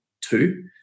two